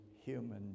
human